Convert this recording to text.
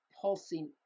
pulsing